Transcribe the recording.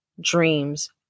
dreams